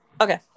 Okay